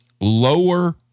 lower